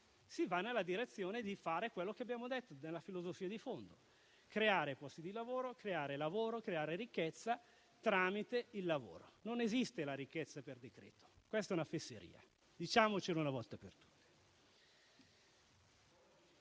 di andare nella direzione di fare quello che abbiamo detto, secondo la filosofia di fondo, ossia creare posti di lavoro, lavoro e ricchezza tramite il lavoro. Non esiste la ricchezza per decreto. Questa è una fesseria e diciamocelo una volta per tutte.